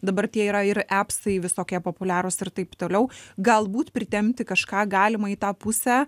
dabar tie yra ir epsai visokie populiarūs ir taip toliau galbūt pritempti kažką galima į tą pusę